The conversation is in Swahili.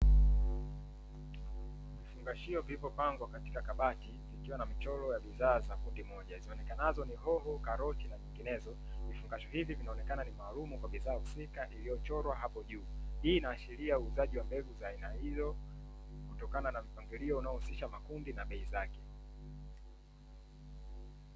Vifungashio vilivyopangwa katika kabati vikiwa na michoro ya bidhaa za kundi moja, zionekanazo ni hoho, karoti na nyinginezo. Vifungashio hivi vinaonekana ni maalumu kwa bidhaa husika iliyochorwa hapo juu, hii inaashiria uuzaji wa mbegu za aina hiyo kutokana na mpangilio unaohusisha makundi na bei zake.